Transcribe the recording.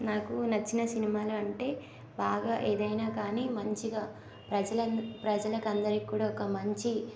నాకు నచ్చిన సినిమాలు అంటే బాగా ఏదైనా కానీ మంచిగా ప్రజలను ప్రజలకు అందరికి కూడా ఒక మంచి